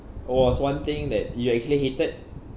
was one thing that you actually hated